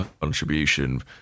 contribution